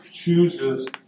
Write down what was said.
chooses